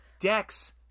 Dex